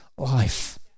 life